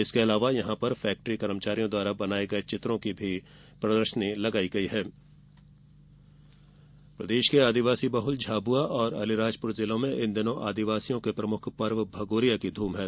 इसके अलावा यहां पर फैक्ट्री कर्मचारियों द्वारा बनाए गए चित्रों की प्रदर्शनी भी लगाई गई है भगौरिया पर्व प्रदेश के आदिवासी बहल झाबुआ और अलीराजपुर जिलों में इन दिनों आदिवासियों के प्रमुख पर्व भगौरिया की धूम है